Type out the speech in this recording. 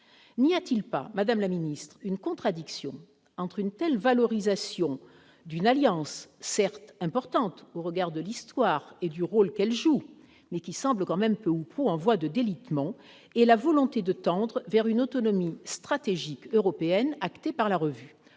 N'y a-t-il pas, madame la ministre, une contradiction entre, d'une part, la telle valorisation d'une alliance, certes importante au regard de l'histoire et du rôle qu'elle joue mais qui semble tout de même peu ou prou en voie de délitement, et, d'autre part, la volonté de tendre vers « une autonomie stratégique européenne », actée par la revue ?